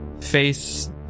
Face